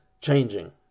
changing